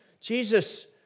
Jesus